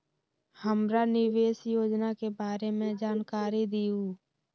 हमरा निवेस योजना के बारे में जानकारी दीउ?